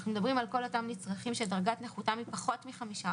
אנחנו מדברים על כל אותם נצרכים שדרגת נכותם היא פחות מ-50%.